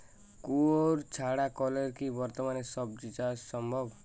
কুয়োর ছাড়া কলের কি বর্তমানে শ্বজিচাষ সম্ভব?